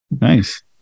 Nice